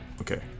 okay